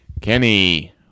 Kenny